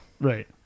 Right